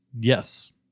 Yes